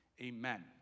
Amen